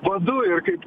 vadu ir kaip